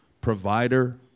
provider